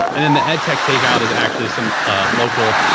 and then the edtech take out is actually some ah local,